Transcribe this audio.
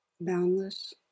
boundless